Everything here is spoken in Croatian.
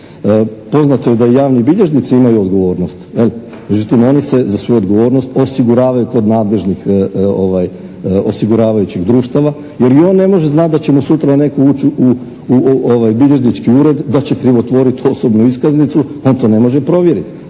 Poznato je da i javni bilježnici imaju odgovornost, međutim oni se za svoju odgovornost osiguravaju kod nadležnih osiguravajućih društava jer i on ne može znati da će mu sutra netko ući u bilježnički ured, da će krivotvoriti osobnu iskaznicu, on to ne može provjeriti.